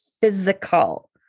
physical